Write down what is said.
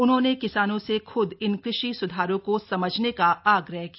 उन्होंने किसानों से खुद इन कृषि सुधारों को समझने का आग्रह किया